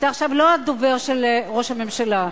אתה עכשיו לא הדובר של ראש הממשלה.